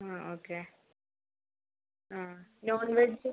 ആ ഓക്കെ ആ നോൺവെജ്